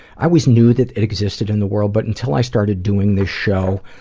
i always knew that it existed in the world, but until i started doing this show,